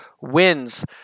wins